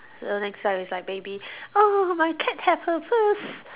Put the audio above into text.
so next time is like maybe oh my cat have her first